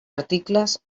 articles